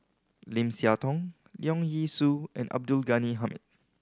Lim Siah Tong Leong Yee Soo and Abdul Ghani Hamid